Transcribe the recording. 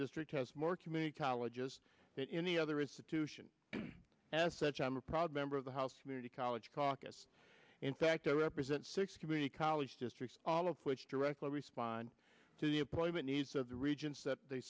district has more community colleges that any other institution as such i'm a proud member of the house community college caucus in fact i represent six community college districts all of which directly respond to the appointment needs of the regents that they